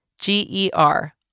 G-E-R